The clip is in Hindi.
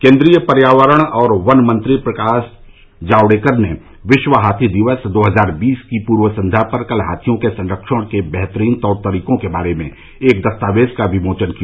केन्द्रीय पर्यावरण और वन मंत्री प्रकाश जावड़ेकर ने विश्व हाथी दिवस दो हजार बीस की पूर्व संध्या पर कल हाथियों के संरक्षण के बेहतरीन तौर तरीकों के बारे में एक दस्तावेज का विमोचन किया